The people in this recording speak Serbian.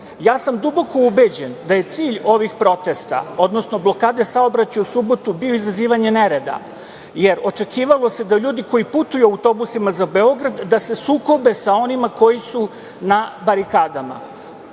sam duboko ubeđen da je cilj ovih protesta, odnosno blokade saobraćaja u subotu bio izazivanje nereda, jer očekivalo se da ljudi koji putuju autobusima za Beograd, da se sukobe sa onima koji su na barikadama.